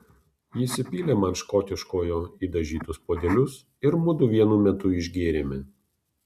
jis įpylė man škotiškojo į dažytus puodelius ir mudu vienu metu išgėrėme